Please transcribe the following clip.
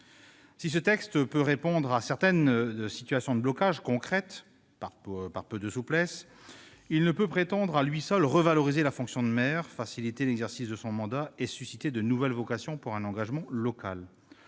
Si ce texte peut répondre à certaines situations de blocage, concrètes, par un peu de souplesse, il ne peut prétendre à lui seul revaloriser la fonction de maire, faciliter l'exercice de son mandat et susciter de nouvelles vocations pour un engagement local.